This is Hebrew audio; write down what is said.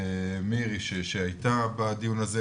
מירי, שהייתה בדיון הזה.